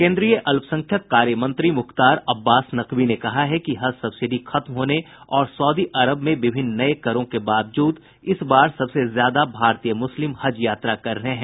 केंद्रीय अल्पसंख्यक कार्य मंत्री मुख्तार अब्बास नकवी ने कहा है कि हज सब्सिडी खत्म होने और सऊदी अरब में विभिन्न नए करों के बावजूद इस बार सबसे ज्यादा भारतीय मुस्लिम हज यात्रा कर रहे हैं